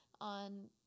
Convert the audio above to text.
on